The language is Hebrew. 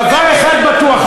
דבר אחד בטוח,